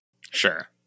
Sure